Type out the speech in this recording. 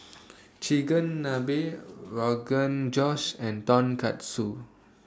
Chigenabe Rogan Josh and Tonkatsu